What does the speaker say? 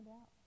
out